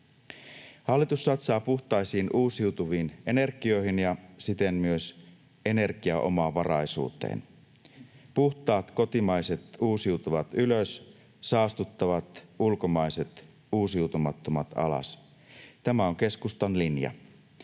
Hallitus satsaa puhtaisiin uusiutuviin energioihin ja siten myös energiaomavaraisuuteen. Puhtaat kotimaiset uusiutuvat ylös, saastuttavat ulkomaiset uusiutumattomat alas — tämä on keskustan linja.